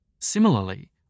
Similarly